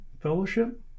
Fellowship